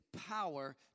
power